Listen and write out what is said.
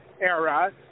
era